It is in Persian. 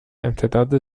امتداد